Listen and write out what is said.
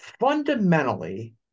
fundamentally